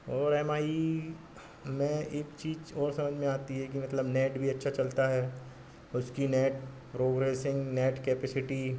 और M I में एक चीज़ और समझ में आती है कइ मतलब नेट भी अच्छा चलता है उसकी नेट प्रोग्रेससिंग नेट कैपेसिटी